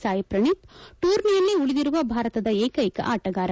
ಸಾಯಿ ಪ್ರಣೀತ್ ಟೂರ್ನಿಯಲ್ಲಿ ಉಳಿದಿರುವ ಭಾರತದ ಏಕೈಕ ಆಟಗಾರ